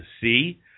see